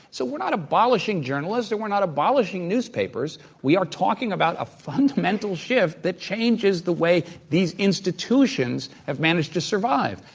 so we're not abolishing journalists and we're not abolishing newspapers. we are talking about a fundamental shift that changes the way these institutions have managed to survive.